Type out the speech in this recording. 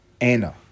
Anna